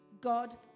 God